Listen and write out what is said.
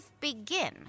begin